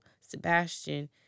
Sebastian